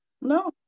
No